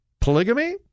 polygamy